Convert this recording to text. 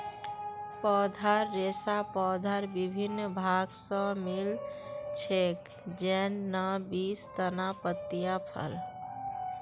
पौधार रेशा पौधार विभिन्न भाग स मिल छेक, जैन न बीज, तना, पत्तियाँ, फल